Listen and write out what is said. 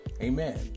amen